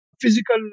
physical